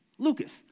Lucas